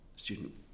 student